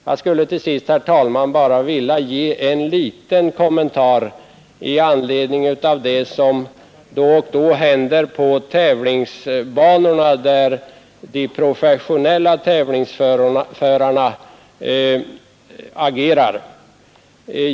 Jag skulle till sist, herr talman, bara vilja göra en liten kommentar i anledning av det som då och då händer på de tävlingsbanor där de professionella tävlingsförarna agerar.